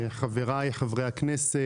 חבריי חברי הכנסת,